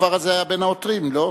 הכפר הזה היה בין העותרים, לא?